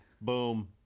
boom